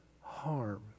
harm